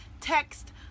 text